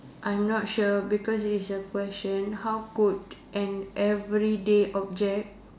I'm not sure because it's a question how could an everyday object